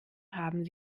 haben